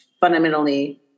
fundamentally